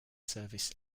service